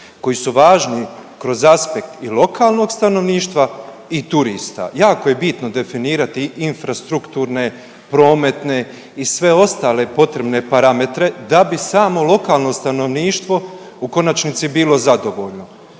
koji su važni kroz aspekt i lokalnog stanovništva i turista? Jako je bitno definirati infrastrukturne, prometne i sve ostale potrebne parametre da bi samo lokano stanovništvo u konačnici bilo zadovoljno.